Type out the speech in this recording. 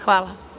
Hvala.